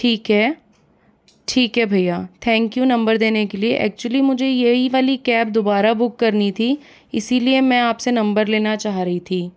ठीक है ठीक है भैया थैंक यू नंबर देने के लिए एक्चुअली मुझे यह वाली कैब दोबारा बुक करनी थी इसीलिए मैं आपसे नंबर लेना चाह रही थी